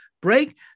break